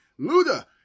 Luda